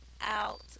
out